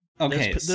Okay